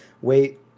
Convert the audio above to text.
wait